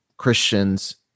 Christians